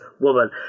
woman